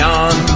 on